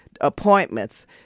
appointments